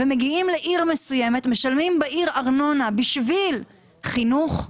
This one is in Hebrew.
הם מגיעים לעיר מסוימת ומשלמים בה ארנונה בשביל חינוך,